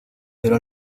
pero